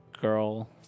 girl